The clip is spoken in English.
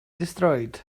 destroyed